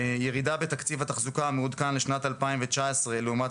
ירידה בתקציב התחזוקה המעודכן לשנת 2019 לעומת